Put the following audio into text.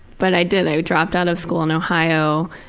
but i did, i dropped out of school in ohio.